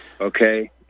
okay